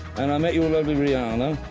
and i met your lovely rihanna